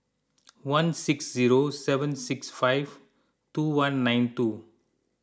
one six zero seven six five two one nine two